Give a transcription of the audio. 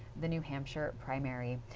the new hampshire primaries.